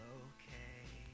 okay